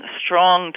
strong